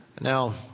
Now